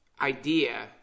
idea